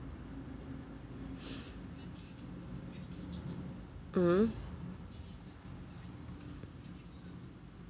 mm